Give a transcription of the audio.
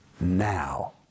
now